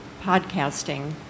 podcasting